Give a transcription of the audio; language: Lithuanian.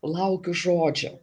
laukiu žodžio